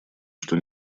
что